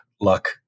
Luck